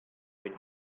will